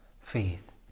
faith